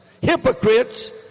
Hypocrites